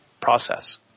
process